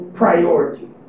priority